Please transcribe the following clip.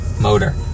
motor